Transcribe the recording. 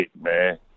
man